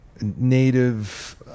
native